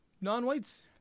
non-whites